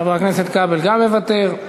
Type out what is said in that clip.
חבר הכנסת כבל גם מוותר.